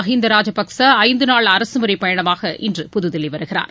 மகிந்தா ராஜபக்சே ஐந்து நாள் அரசுமுறை பயணமாக இன்று புதுதில்லி வருகிறார்